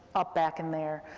up back in there,